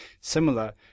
similar